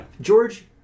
George